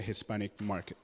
hispanic market